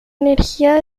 energía